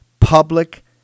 public